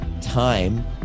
time